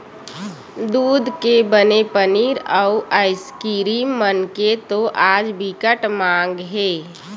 दूद के बने पनीर, अउ आइसकीरिम मन के तो आज बिकट माग हे